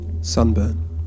Sunburn